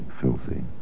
filthy